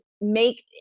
make